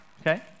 okay